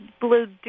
blue